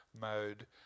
mode